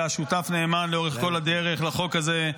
שהיה שותף נאמן לאורך כל הדרך לחוק הזה,